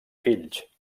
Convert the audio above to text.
fills